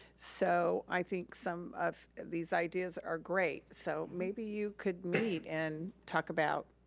so i think some of these ideas are great so maybe you could meet and talk about